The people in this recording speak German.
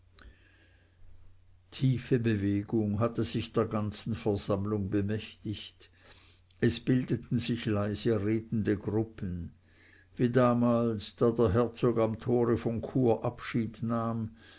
tiefe bewegung hatte sich der ganzen versammlung bemächtigt es bildeten sich leise redende gruppen wie damals da der herzog am tore von chur abschied nahm